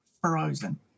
frozen